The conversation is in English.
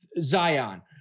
Zion